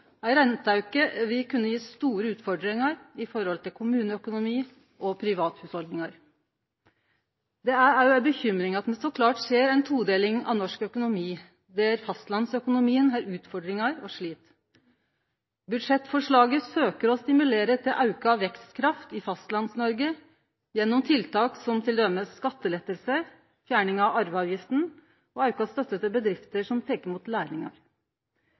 ei bekymring at me så klart ser ei todeling av norsk økonomi, der fastlandsøkonomien har utfordringar og slit. Budsjettforslaget søker å stimulere til auka vekstkraft i Fastlands-Noreg gjennom tiltak som t.d. skattelettar, fjerning av arveavgifta og auka støtte til bedrifter som tek